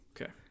Okay